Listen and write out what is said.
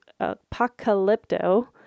apocalypto